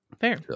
Fair